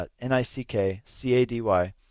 N-I-C-K-C-A-D-Y